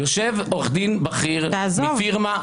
תעזוב.